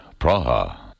Praha